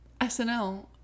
SNL